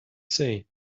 say